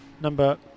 number